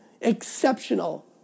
exceptional